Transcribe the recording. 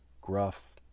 gruff